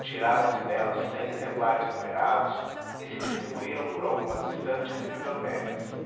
tiraram se dela cem exemplares numerados que se distribuíram por algumas estantes e bibliotecas